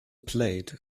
played